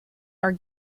are